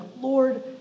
Lord